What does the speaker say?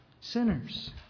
sinners